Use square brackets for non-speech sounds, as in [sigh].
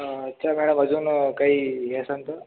[unintelligible] वजन काही [unintelligible]